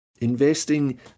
Investing